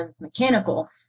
mechanical